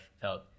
felt